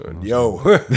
Yo